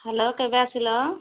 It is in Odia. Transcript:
ହ୍ୟାଲୋ କେବେ ଆସିଲ